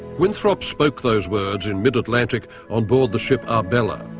winthrop spoke those words in mid-atlantic on board the ship arbella.